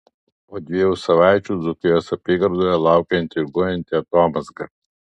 po dviejų savaičių dzūkijos apygardoje laukia intriguojanti atomazga